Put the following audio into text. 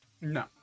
No